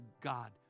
god